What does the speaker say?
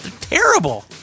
terrible